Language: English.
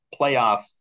playoff